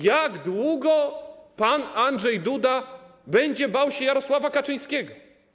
Jak długo pan Andrzej Duda będzie bał się Jarosława Kaczyńskiego?